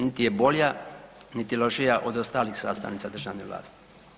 Niti je bolja, niti lošija od ostalih sastavnica državne vlasti.